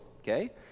Okay